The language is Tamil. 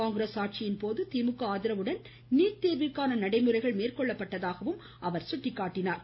காங்கிரஸ் ஆட்சியின் போது திமுக ஆதரவுடன் நீட் தோ்விற்கான நடைமுறைகள் மேற்கொள்ளப்பட்டதாக அவர் குறிப்பிட்டார்